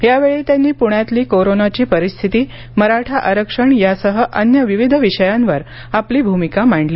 यावेळी त्यांनी पुण्यातली कोरोनाची परिस्थिती मराठा आरक्षण यासह अन्य विविध विषयांवर आपली भूमिका मांडली